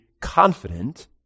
confident